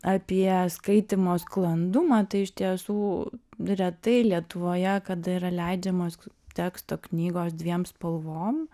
apie skaitymo sklandumą tai iš tiesų retai lietuvoje kada yra leidžiamos teksto knygos dviem spalvom